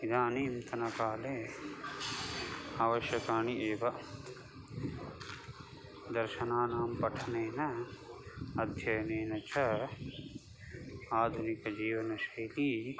इदानीन्तनकाले आवश्यकानि एव दर्शनानां पठनेन अध्ययनेन च आधुनिकजीवनशैली